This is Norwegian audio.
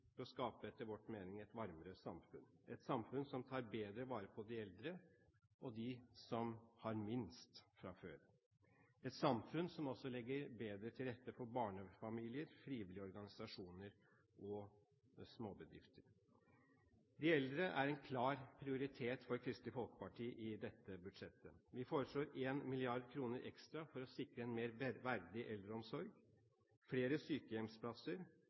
å skape, etter vår mening, et varmere samfunn – et samfunn som tar bedre vare på de eldre og på dem som har minst fra før, et samfunn som også legger bedre til rette for barnefamilier, frivillige organisasjoner og småbedrifter. De eldre er en klar prioritet for Kristelig Folkeparti i dette budsjettet. Vi foreslår 1 mrd. kr ekstra for å sikre en mer verdig eldreomsorg: flere sykehjemsplasser